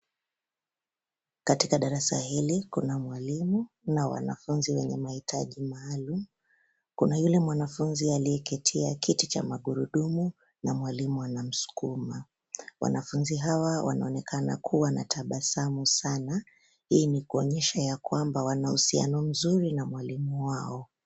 Katika darasa hili, kuna mwalimu na wanafunzi wenye mahitaji maalum. Kuna yule m wanafunzi aliyeketia kiti cha magurudumu na mwalimu anamskuma. Wanafunzi hawa wanaonekana kuwa na tabasamu sana. Hii ni kuonyesha ya kwamba wanahusiano mzuri na mwalimu wao.